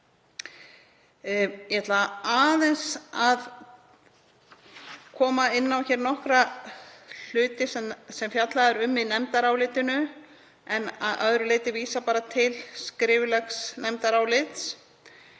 Ég ætla aðeins að koma inn á nokkra hluti sem fjallað er um í nefndarálitinu en vísa að öðru leyti til skriflegs nefndarálits.